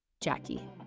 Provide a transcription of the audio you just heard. Jackie